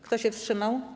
Kto się wstrzymał?